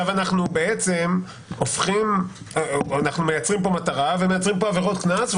אנחנו מייצרים פה מטרה ומייצרים פה עבירות קנס,